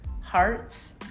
hearts